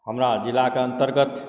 हमरा जिलाके अन्तर्गत